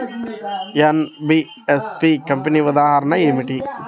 NBFC కంపెనీల ఉదాహరణ ఏమిటి?